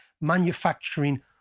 manufacturing